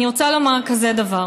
אני רוצה לומר כזה דבר: